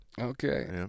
Okay